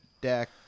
deck